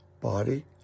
body